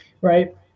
right